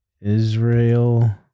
Israel